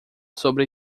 sobre